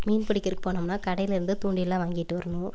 மீன் பிடிக்கிறக்கு போனோம்னால் கடையில் இருந்து தூண்டியெல்லாம் வாங்கிட்டு வரணும்